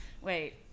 Wait